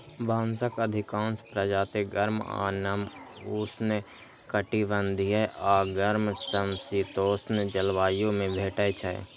बांसक अधिकांश प्रजाति गर्म आ नम उष्णकटिबंधीय आ गर्म समशीतोष्ण जलवायु मे भेटै छै